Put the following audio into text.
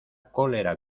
cólera